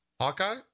hawkeye